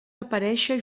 aparèixer